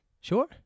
Sure